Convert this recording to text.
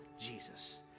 Jesus